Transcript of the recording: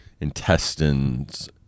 intestines